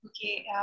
Okay